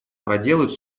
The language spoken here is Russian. проделать